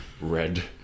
red